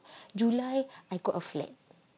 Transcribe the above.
july I got a flat